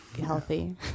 healthy